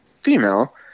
female